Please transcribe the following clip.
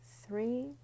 three